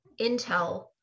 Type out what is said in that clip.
intel